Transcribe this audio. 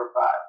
five